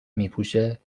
میپوشه